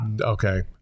Okay